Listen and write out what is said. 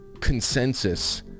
consensus